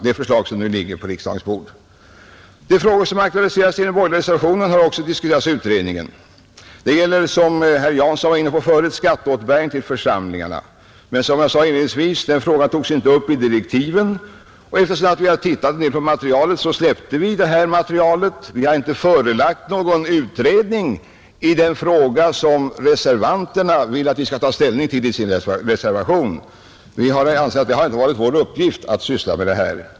De frågor som aktualiseras i den borgerliga reservationen har också diskuterats av utredningen. Det gäller, som herr Jansson var inne på förut, skatteåterbäringen till församlingarna. Men som jag sade inledningsvis, togs denna fråga inte upp i direktiven, och sedan vi tittat en del på materialet släppte vi den frågan. Någon utredning har inte gjorts av den fråga som reservanterna vill att riksdagen nu skall ta ställning till. Vi ansåg det inte vara vår uppgift att syssla med den saken.